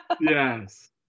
Yes